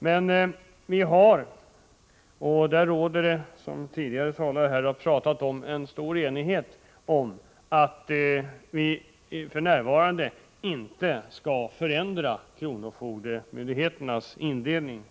Men som tidigare talare har sagt råder det stor enighet om att vi för närvarande inte skall förändra kronofogdemyndigheternas indelning.